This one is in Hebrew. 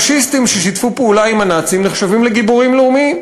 פאשיסטים ששיתפו פעולה עם הנאצים נחשבים לגיבורים לאומיים,